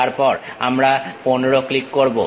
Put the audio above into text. তারপর আমরা 15 ক্লিক করব